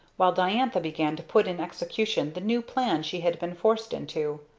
while diantha began to put in execution the new plan she had been forced into.